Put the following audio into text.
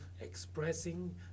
expressing